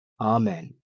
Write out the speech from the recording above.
Amen